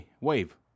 WAVE